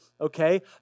okay